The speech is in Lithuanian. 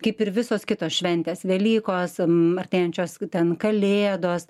kaip ir visos kitos šventės velykos artėjančios ten kalėdos